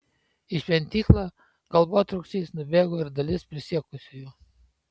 į šventyklą galvotrūkčiais nubėgo ir dalis prisiekusiųjų